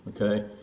okay